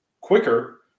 quicker